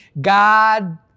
God